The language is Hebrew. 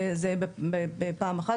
זה בפעם אחת.